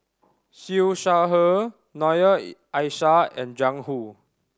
Siew Shaw Her Noor Aishah and Jiang Hu